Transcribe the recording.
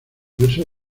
versos